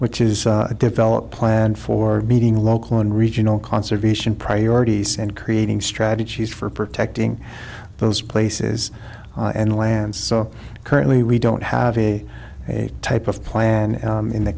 which is a developed plan for meeting local and regional conservation priorities and creating strategies for protecting those places and lands so currently we don't have a type of plan in the